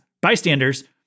bystanders